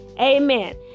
Amen